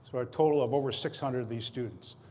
so a total of over six hundred of these students.